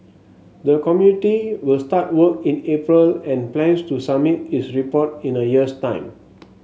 the committee will start work in April and plans to submit its report in a year's time